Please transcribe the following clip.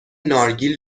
نارگیل